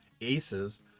ACES